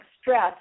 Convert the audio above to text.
stress